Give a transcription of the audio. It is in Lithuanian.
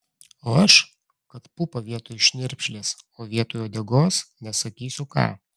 o aš kad pupą vietoj šnirpšlės o vietoj uodegos nesakysiu ką